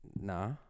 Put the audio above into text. Nah